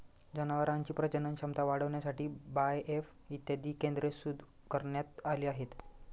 जनावरांची प्रजनन क्षमता वाढविण्यासाठी बाएफ इत्यादी केंद्रे सुरू करण्यात आली आहेत